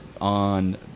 on